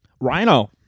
Rhino